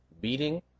beating